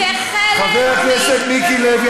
חבר הכנסת מיקי לוי,